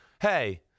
hey –